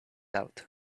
out